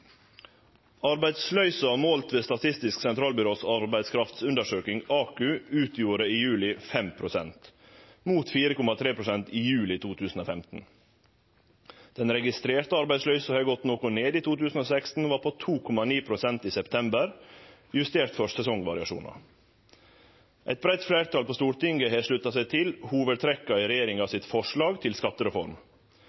Arbeidsløysa, målt ved Statistisk sentralbyrås arbeidskraftsundersøking, AKU, utgjorde i juli 5,0 pst., mot 4,3 pst. i juli 2015. Den registrerte arbeidsløysa har gått noko ned i 2016 og var 2,9 pst. i september, justert for sesongvariasjonar. Eit breitt fleirtal på Stortinget har slutta seg til hovudtrekka i regjeringa